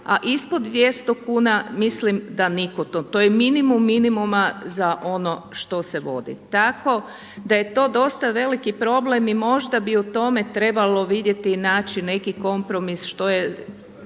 a ispod 200 kuna mislim da niko to, to je minimum minimuma za ono što se vodi. Tako da je to dosta veliki problem i možda bi o tome trebalo vidjeti i naći neki kompromis što ko